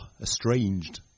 estranged